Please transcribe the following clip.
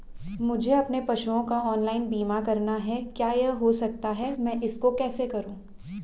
मुझे अपने पशुओं का ऑनलाइन बीमा करना है क्या यह हो सकता है मैं इसको कैसे करूँ?